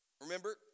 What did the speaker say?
Remember